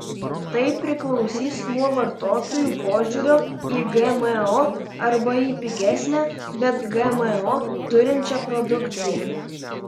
tai priklausys nuo vartotojų požiūrio į gmo arba į pigesnę bet gmo turinčią produkciją